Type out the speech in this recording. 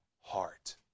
heart